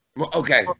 Okay